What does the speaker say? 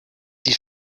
die